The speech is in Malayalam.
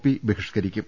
പി ബഹിഷ്കരി ക്കും